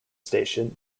station